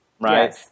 Right